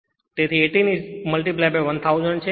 તેથી 18 1000 છે